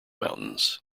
mountains